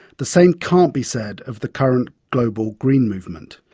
the same can't be said of the current global green movement.